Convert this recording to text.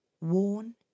worn